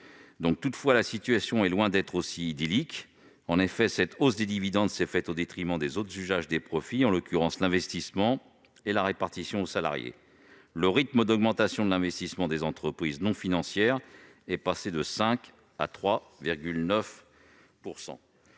». Toutefois, la situation est loin d'être aussi idyllique. En effet, cette hausse des dividendes s'est faite au détriment des autres usages des profits, à savoir l'investissement et la rémunération des salariés. Le taux d'augmentation de l'investissement des sociétés non financières est passé de 5 à 3,9 %.